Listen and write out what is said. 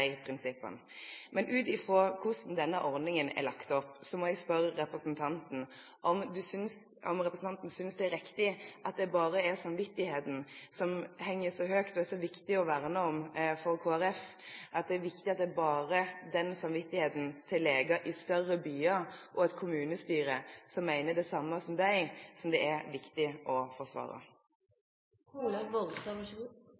prinsippene. Men ut fra hvordan denne ordningen er lagt opp, må jeg spørre representanten: Synes hun det er riktig at det bare er samvittigheten som skal henge så høyt og som skal være så viktig å verne om for Kristelig Folkeparti; at det bare er samvittigheten til leger i større byer og et kommunestyre som mener det samme som dem, som det er viktig å